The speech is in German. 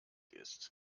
ist